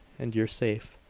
and you're safe.